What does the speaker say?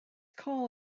call